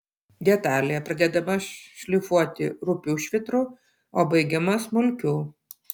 detalė pradedama šlifuoti rupiu švitru o baigiama smulkiu